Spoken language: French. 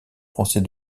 français